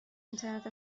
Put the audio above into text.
اینترنت